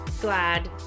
glad